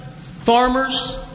farmers